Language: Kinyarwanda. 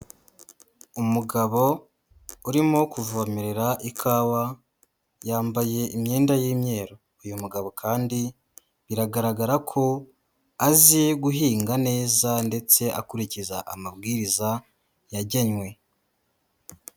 Umugabo urimo kuvomerera ikawa, yambaye imyenda y'imyeru, uyu mugabo kandi biragaragara ko azi guhinga neza ndetse akurikiza amabwiriza yagenwe.